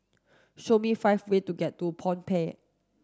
show me five way to get to Phnom Penh